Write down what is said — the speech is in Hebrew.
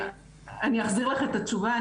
אני אחזיר לך את התשובה,